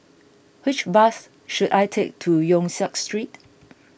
which bus should I take to Yong Siak Street